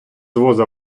воза